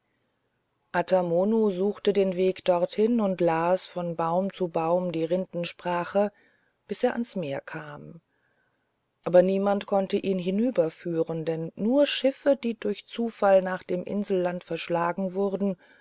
ata mono suchte den weg dorthin und las von baum zu baum die rindensprache bis er ans meer kam aber niemand konnte ihn hinüberführen denn nur schiffe die durch zufall nach dem inselland verschlagen wurden